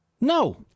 No